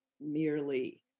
merely